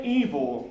evil